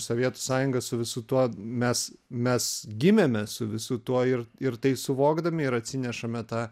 sovietų sąjunga su visu tuo mes mes gimėme su visu tuo ir ir tai suvokdami ir atsinešame tą